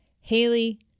Haley